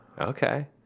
Okay